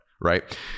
right